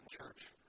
church